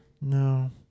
No